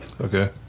Okay